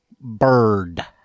Bird